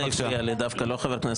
לא.